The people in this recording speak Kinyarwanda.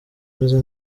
meze